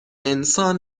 انسان